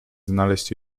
znaleźć